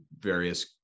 various